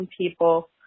people